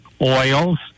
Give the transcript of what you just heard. oils